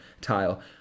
tile